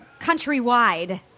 countrywide